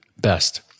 best